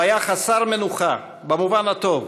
הוא היה חסר מנוחה במובן הטוב.